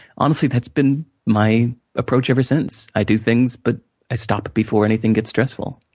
honestly, that's been my approach ever since. i do things, but i stop before anything gets stressful.